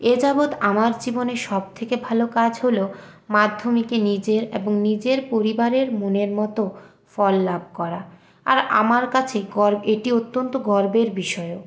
এ যাবৎ আমার জীবনের সবথেকে ভালো কাজ হল মাধ্যমিকে নিজের এবং নিজের পরিবারের মনের মতো ফল লাভ করা আর আমার কাছে এটি অত্যন্ত গর্বের বিষয়ও